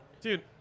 Dude